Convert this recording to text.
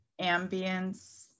ambience